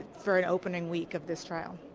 for an opening week of this trial.